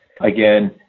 Again